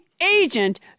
agent